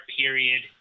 period